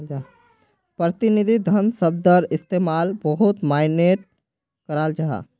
प्रतिनिधि धन शब्दर इस्तेमाल बहुत माय्नेट कराल जाहा